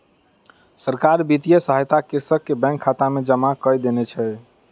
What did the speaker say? सरकार वित्तीय सहायता कृषक के बैंक खाता में जमा कय देने छै